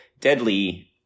deadly